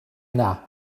yna